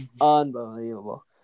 unbelievable